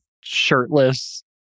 Shirtless